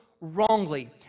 wrongly